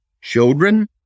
children